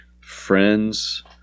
friends